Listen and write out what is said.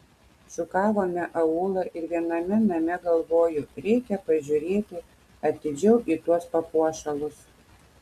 šukavome aūlą ir viename name galvoju reikia pažiūrėti atidžiau į tuos papuošalus